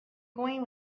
going